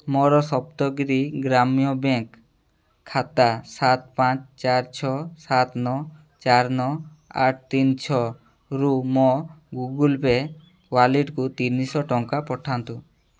ମୋ ସପ୍ତଗିରି ଗ୍ରାମୀୟ ବ୍ୟାଙ୍କ୍ ଖାତା ସାତ ପାଞ୍ଚ ଚାରି ଛଅ ସାତ ନଅ ଚାରି ନଅ ଆଠ ତିନି ଛଅରୁ ମୋ ଗୁଗଲ୍ ପେ ୱାଲେଟ୍କୁ ତିନିଶହ ଟଙ୍କା ପଠାନ୍ତୁ